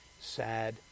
sad